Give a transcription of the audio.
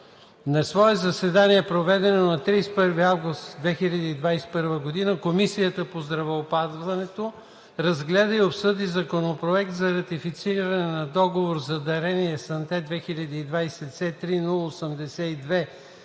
На свое заседание, проведено на 31 август 2021 г., Комисията по здравеопазването разгледа и обсъди Законопроекта за ратифициране на Тристранно споразумение